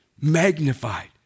magnified